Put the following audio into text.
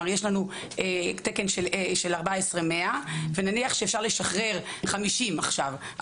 יש לנו תקן של 14,100 ונניח שאפשר לשחרר 50 עכשיו,